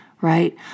right